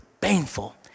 Painful